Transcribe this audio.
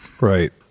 right